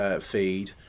feed